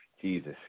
Jesus